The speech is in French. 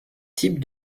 type